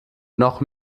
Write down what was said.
noch